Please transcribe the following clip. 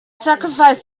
sacrifice